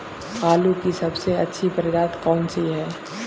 आलू की सबसे अच्छी प्रजाति कौन सी है?